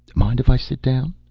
mind if i sit down?